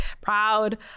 proud